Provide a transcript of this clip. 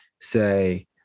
say